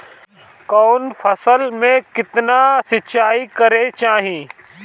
कवन फसल में केतना सिंचाई करेके चाही?